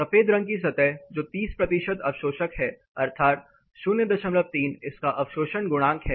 सफेद रंग की सतह जो 30 प्रतिशत अवशोषक है अर्थात 03 इसका अवशोषण गुणांक है